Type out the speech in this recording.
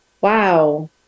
wow